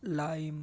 lime